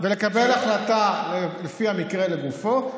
ולקבל החלטה לפי המקרה לגופו,